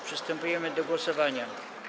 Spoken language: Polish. Przystępujemy do głosowania.